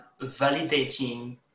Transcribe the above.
validating